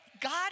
God